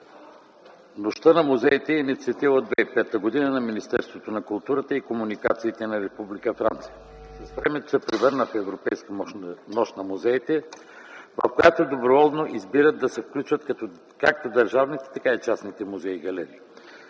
Нощта на музеите е инициатива на Министерството на културата и комуникациите на Република Франция от 2005 г. С времето се превърна в Европейска нощ на музеите, в която доброволно избират да се включат както държавните, така и частните музеи и галерии.